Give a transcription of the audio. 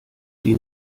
die